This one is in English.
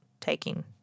taking